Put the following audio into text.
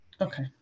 Okay